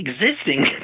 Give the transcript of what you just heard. existing